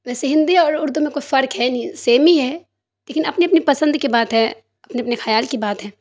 ویسے ہندی اور اردو کوئی فرق ہے نہیں سیم ہی ہے لیکن اپنی اپنی پسند کی بات ہے اپنے اپنے خیال کی بات ہے